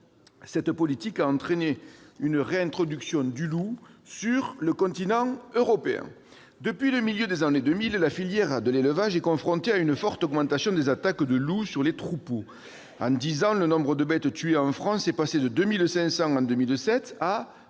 Cette politique a entraîné une réintroduction du loup sur le continent européen. Depuis le milieu des années 2000, la filière de l'élevage est confrontée à une forte augmentation des attaques de loups sur les troupeaux. En dix ans, le nombre de bêtes tuées en France est passé de 2 500 en 2007 à 12